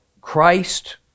Christ